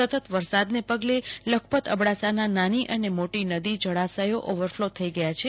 સતત વરસાદને પગલે લખપત અબડાસાના નાની અને મોટી નદીજળાશયો ઓવરફલો થઈ ગયા છે